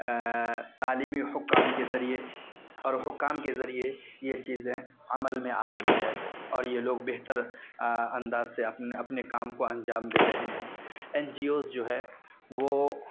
تعلیمی حکام کے ذریعے اور حکام کے ذریعے یہ چیزیں عمل میں آ رہی ہیں اور یہ لوگ بہتر انداز سے اپنے کام کو انجام دے رہے ہیں این جی اوز جو ہے وہ